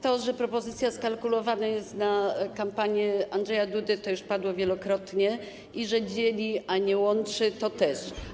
To, że propozycja skalkulowana jest na kampanię Andrzeja Dudy, już padło wielokrotnie, i że dzieli, a nie łączy - to też.